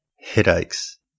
headaches